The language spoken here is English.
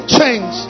change